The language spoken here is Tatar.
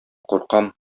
куркам